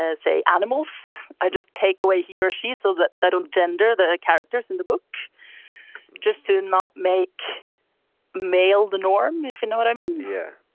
ah say, animals. i just take away he or she so that that um gender, the characters in the book just do not make male the norm, if you and know what i mean yeah.